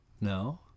No